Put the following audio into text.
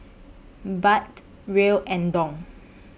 Baht Riel and Dong